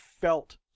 felt